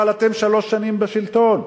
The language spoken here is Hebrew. אבל אתם שלוש שנים בשלטון.